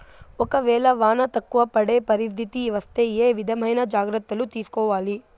ఒక వేళ వాన తక్కువ పడే పరిస్థితి వస్తే ఏ విధమైన జాగ్రత్తలు తీసుకోవాలి?